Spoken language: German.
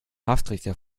haftrichter